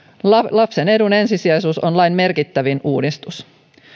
lapsen edun ensisijaisuus on lain merkittävin uudistus